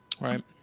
right